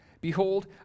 Behold